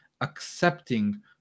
accepting